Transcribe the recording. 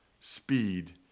speed